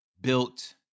built